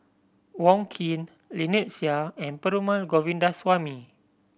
Wong Keen Lynnette Seah and Perumal Govindaswamy